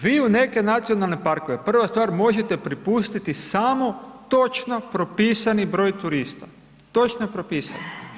Vi u neke nacionalne parkove, prva stvar možete propustiti samo točno propisani broj turista, točno propisani.